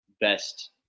best